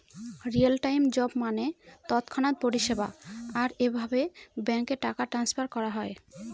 real time job মানে তৎক্ষণাৎ পরিষেবা, আর এভাবে ব্যাঙ্কে টাকা ট্রান্সফার করা হয়